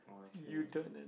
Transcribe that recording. you turned it